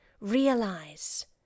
Realize